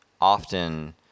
often